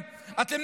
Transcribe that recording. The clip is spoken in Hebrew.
אתם